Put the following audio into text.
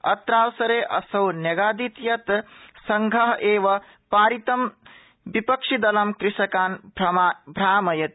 अत्रावसरे असौ न्यगादीत् यत् संघ एव पारितं विपक्षिदलं कृषकान् भ्रामयति